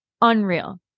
unreal